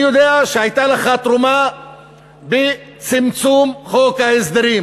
אני יודע שהייתה לך תרומה בצמצום חוק ההסדרים.